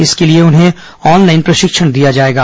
इसके लिए उन्हें ऑनलाइन प्रशिक्षण दिया जाएगा